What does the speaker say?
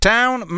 Town